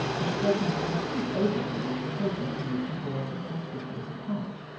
which threatened the complete overthrow of the project in which he bore so conspicuous a part,